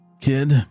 Kid